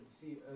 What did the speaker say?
see